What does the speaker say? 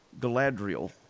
Galadriel